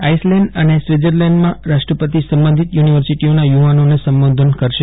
Iceland અને સ્વિટઝર્લેન્ડમાં રાષ્ટ્રપતિ સંબંધિત યુનિવર્સિટીઓના યુવાનોને સંબોધન કરશે